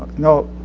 no,